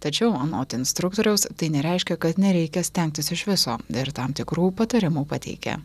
tačiau anot instruktoriaus tai nereiškia kad nereikia stengtis iš viso dar tam tikrų patarimų pateikia